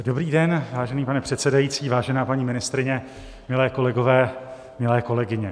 Dobrý den, vážený pane předsedající, vážená paní ministryně, milé kolegyně, milí kolegové.